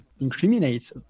incriminate